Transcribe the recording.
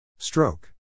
Stroke